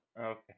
Okay